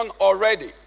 already